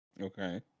Okay